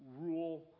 rule